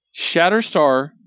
Shatterstar